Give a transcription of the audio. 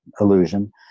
illusion